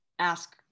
ask